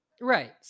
right